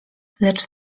lecz